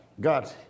God